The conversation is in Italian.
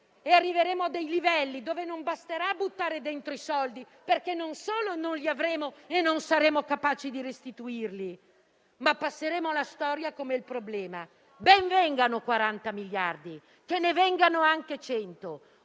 e arriveremo a dei livelli per cui non basterà buttare dentro i soldi, perché non solo non li avremo e non saremo capaci di restituirli, ma passeremo alla storia come il problema. Ben vengano 40 miliardi, ne vengano anche 100,